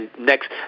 next